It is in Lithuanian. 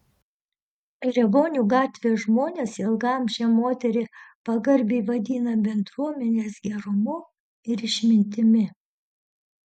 riovonių gatvės žmonės ilgaamžę moterį pagarbiai vadina bendruomenės gerumu ir išmintimi